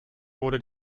wurde